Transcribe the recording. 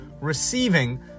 receiving